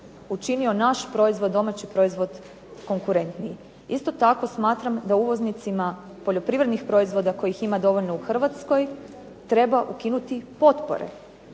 učinio naš proizvod, domaći proizvod konkurentniji. Isto tako smatram da uvoznicima poljoprivrednih proizvoda kojih ima dovoljno u Hrvatskoj treba ukinuti potpore.